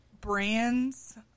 Brands